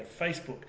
Facebook